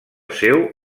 seu